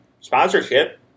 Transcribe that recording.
sponsorship